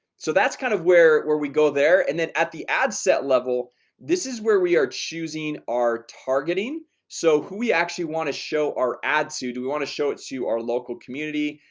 so that's kind of where where we go there and then at the ad set level this is where we are choosing our targeting so who we actually want to show our ad to do we want to show it to our local community?